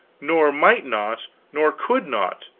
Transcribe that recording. nor might-not nor could-not,